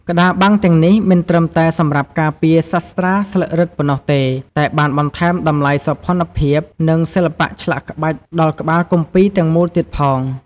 ក្តារបាំងទាំងនេះមិនត្រឹមតែសម្រាប់ការពារសាត្រាស្លឹករឹតប៉ុណ្ណោះទេ តែបានបន្ថែមតម្លៃសោភ័ណភាព និងសិល្បៈឆ្លាក់ក្បាច់ដល់ក្បាលគម្ពីរទាំងមូលទៀតផង។